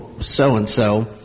so-and-so